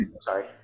Sorry